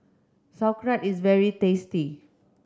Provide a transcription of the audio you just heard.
Sauerkraut is very tasty